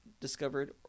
discovered